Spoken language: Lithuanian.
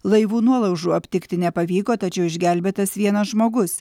laivų nuolaužų aptikti nepavyko tačiau išgelbėtas vienas žmogus